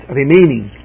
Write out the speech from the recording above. remaining